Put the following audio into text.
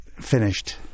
finished